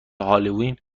هالوین